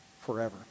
forever